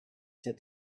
said